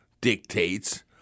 dictates